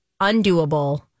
undoable